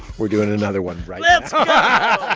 we're doing another one right yeah but